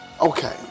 Okay